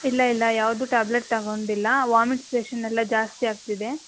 ಇಲ್ಲ ಇಲ್ಲ ಯಾವುದು ಟ್ಯಾಬ್ಲೆಟ್ ತಗೊಂಡಿಲ್ಲ ವಾಮಿಟ್ ಸೆಷನ್ ಎಲ್ಲ ಜಾಸ್ತಿ ಆಗ್ತಿದೆ